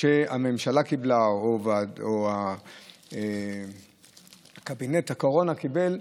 שהממשלה קיבלה, או קבינט הקורונה קיבל,